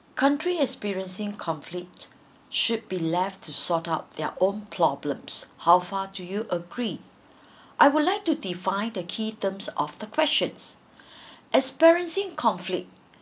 country experiencing conflict should be left to sort out their own problems how far do you agree I would like to define the key terms of the questions experiencing conflict